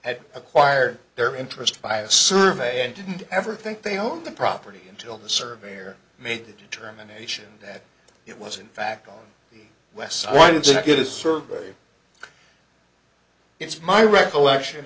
had acquired their interest by a survey and didn't ever think they own the property until the surveyor made the determination that it was in fact on the west so why did you not get a surveyor it's my recollection